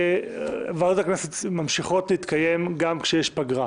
ועדות הכנסת ממשיכות להתקיים גם כשיש פגרה.